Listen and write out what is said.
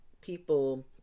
people